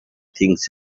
things